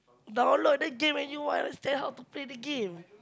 download the game and you understand how to play the game